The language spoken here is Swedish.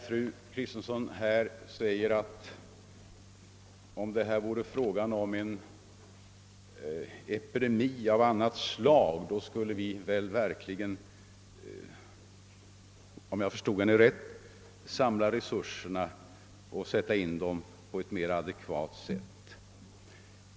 Fru Kristensson säger att om det vore fråga om en epidemi av ett annat slag, skulle vi verkligen — om jag förstod henne rätt — samla resurserna och sätta in dem på ett mera adekvat sätt.